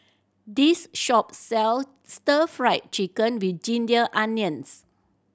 this shop sells Stir Fry Chicken with ginger onions